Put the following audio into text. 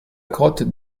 grotte